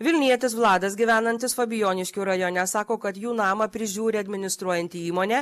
vilnietis vladas gyvenantys fabijoniškių rajone sako kad jų namą prižiūri administruojanti įmonė